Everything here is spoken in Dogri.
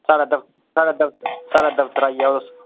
साढ़ा दफ्तर साढ़ा दफ्तर साढ़ा दफ्तर आई जाओ तुस